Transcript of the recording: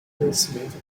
conhecimento